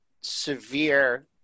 severe